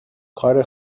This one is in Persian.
کار